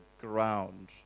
ground